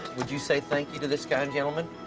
would you say thank you to this kind gentleman?